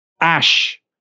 Ash